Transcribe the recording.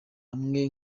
hamwe